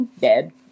dead